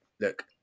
Look